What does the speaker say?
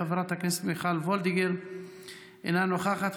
חברת הכנסת מיכל וולדיגר אינה נוכחת,